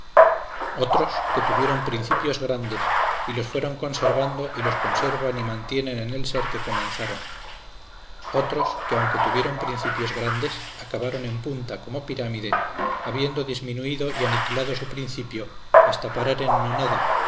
otros que tuvieron principios grandes y los fueron conservando y los conservan y mantienen en el ser que comenzaron otros que aunque tuvieron principios grandes acabaron en punta como pirámide habiendo diminuido y aniquilado su principio hasta parar en nonada